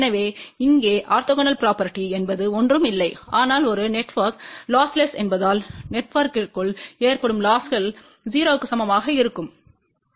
எனவே இங்கே orthogonal property என்பது ஒன்றும் இல்லை ஆனால் ஒரு நெட்ஒர்க் லொஸ்லெஸ் என்பதால் நெட்ஒர்க்யத்திற்குள் ஏற்படும் லொஸ்கள் 0 க்கு சமமாக இருங்கள்